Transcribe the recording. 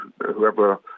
whoever